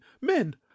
Men